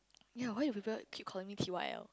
ya why do people keep calling me T_Y_L